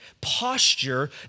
posture